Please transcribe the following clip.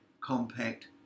compact